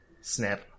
Snap